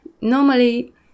Normally